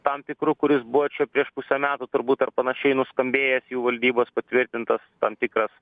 tam tikru kuris buvo čia prieš pusę metų turbūt ar panašiai nuskambėjęs jau valdybos patvirtintas tam tikras